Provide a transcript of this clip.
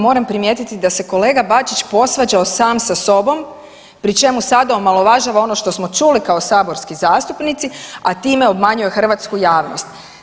Moram primijetiti da se kolega Bačić posvađao sam sa sobom pri čemu sada omalovažava ono što smo čuli kao saborski zastupnici, a time obmanjuje hrvatsku javnost.